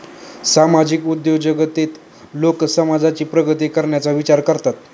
सामाजिक उद्योजकतेत लोक समाजाची प्रगती करण्याचा विचार करतात